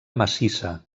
massissa